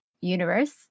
universe